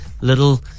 little